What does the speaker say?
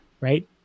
Right